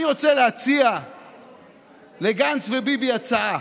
אני רוצה להציע לגנץ וביבי הצעה: